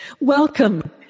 Welcome